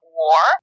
war